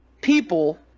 people